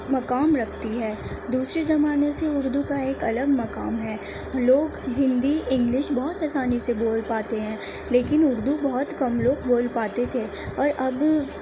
مقام رکھتی ہے دوسری زمانوں سے اردو کا ایک الگ مقام ہے لوگ ہندی انگلش بہت آسانی سے بول پاتے ہیں لیکن اردو بہت کم لوگ بول پاتے تھے اور اب